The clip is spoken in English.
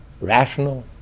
Rational